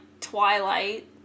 Twilight